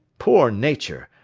poor nature,